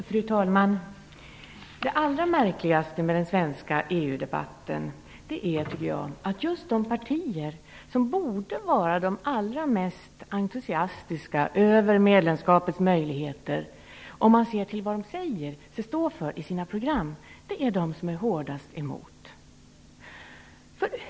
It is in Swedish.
Fru talman! Det allra märkligaste med den svenska EU-debatten är att just de partier som borde vara de mest entusiastiska över medlemskapets möjligheter - med tanke på vad de står för i sina program - är de partier som är hårdast emot.